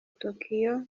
tokyo